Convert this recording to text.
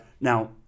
Now